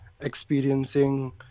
experiencing